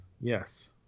yes